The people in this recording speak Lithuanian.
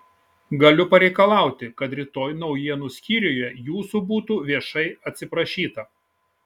galiu pareikalauti kad rytoj naujienų skyriuje jūsų būtų viešai atsiprašyta